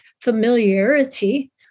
familiarity